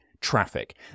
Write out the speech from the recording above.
traffic